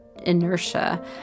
Inertia